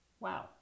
Wow